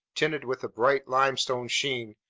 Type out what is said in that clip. tinted with a bright limestone sheen,